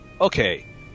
Okay